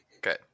Good